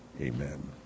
Amen